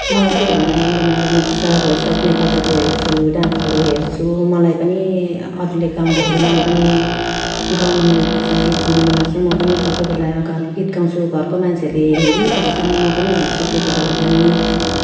मलाई त्यही भएर इन्डियन आइडल मनपर्छ भोइस अफ् नेपालहरू हेर्छु डान्सहरू हेर्छु मलाई पनि अरूले गाउँदाखेरि मलाई पनि गाउनु मनलाग्छ गीत गाउनु मनलाग्छ म पनि कोही कोही बेला गाउँ गीत गाउँछु घरको मान्छेहरूले हेरिबस्छ म पनि हेर्छु त्यति बेला पनि